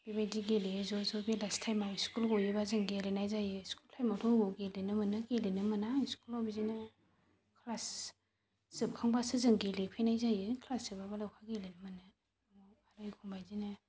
बेबायदि गेलेयो ज' ज' बेलासि टाइमाव स्कुल गयोबा जों गेलेनाय जायो स्कुल टाइमावथ' बबेयाव गेलेनो मोननो गेलेनो मोना स्कुलाव बिदिनो क्लास जोबखांबासो जों गेलेफैनाय जायो क्लास जोबाबालाय बहा गेलेनो मोननो एखनबा बिदिनो